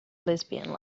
lesbian